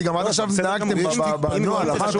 כי עד עכשיו נהגתם בנוהל, אמרתם שיש בעיה.